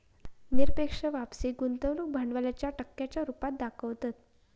निरपेक्ष वापसी गुंतवणूक भांडवलाच्या टक्क्यांच्या रुपात दाखवतत